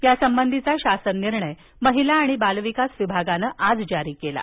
यासंबंधीचा शासन निर्णय महिला आणि बाल विकास विभागानं आज जारी केला आहे